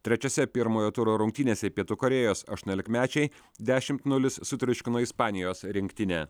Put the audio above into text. trečiose pirmojo turo rungtynėse pietų korėjos aštuoniolikmečiai dešimt nulis sutriuškino ispanijos rinktinę